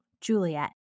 Juliet